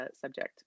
subject